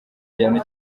igihano